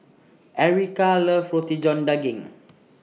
Erykah loves Roti John Daging